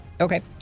Okay